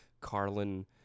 Carlin